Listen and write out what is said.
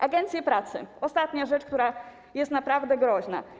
Agencje pracy, ostatnia rzecz, która jest naprawdę groźna.